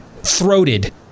throated